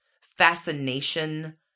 fascination